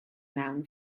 mewn